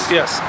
yes